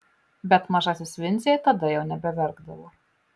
bet mažasis vincė tada jau nebeverkdavo